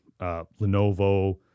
Lenovo